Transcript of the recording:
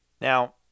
Now